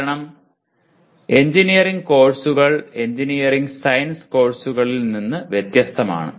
കാരണം എഞ്ചിനീയറിംഗ് കോഴ്സുകൾ engineering science കോഴ്സുകളിൽ നിന്ന് വ്യത്യസ്തമാണ്